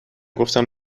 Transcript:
گفتم